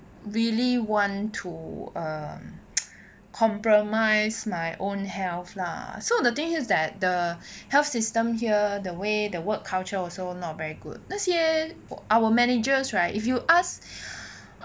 really want to um compromise my own health lah so the thing here is that the health system here the way the work culture also not very good 那些 our managers right if you ask